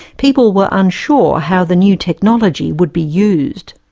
people were unsure how the new technology would be used.